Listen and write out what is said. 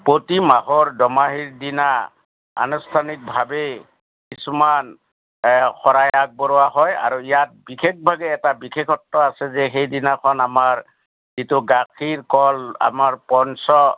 প্ৰতি মাহৰ দুমাহীৰ দিনা আনুষ্ঠানিকভাৱেই কিছুমান শৰাই আগবঢ়োৱা হয় আৰু ইয়াত বিশেষভাৱে এটা বিশেষত্ব আছে যে সেইদিনাখন আমাৰ যিটো গাখীৰ কল আমাৰ পঞ্চ